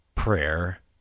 Prayer